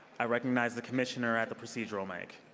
i recognize the commissioner at the procedural mic.